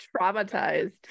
Traumatized